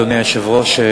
אדוני היושב-ראש,